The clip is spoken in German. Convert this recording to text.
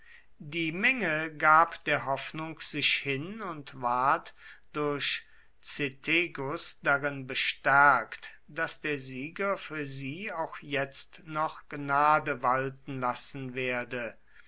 die menge gab der hoffnung sich hin und ward durch cethegus darin bestärkt daß der sieger für sie auch jetzt noch gnade walten lassen werde